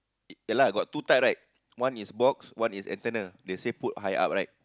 ya lah got two type right one is box one is antenna they say put high up right